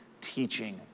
teaching